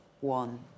one